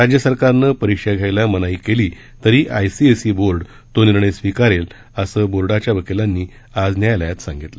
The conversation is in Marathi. राज्य सरकारनं परिक्षा घेण्यास मनाई केली तरी I C S E board तो निर्णय स्वीकारेल असं बोर्डाच्या वकीलांनी आज न्यायालयात सांगितलं